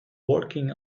walking